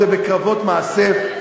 זה קרבות מאסף.